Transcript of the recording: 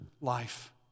life